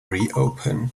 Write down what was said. reopen